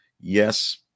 Yes